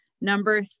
number